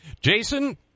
Jason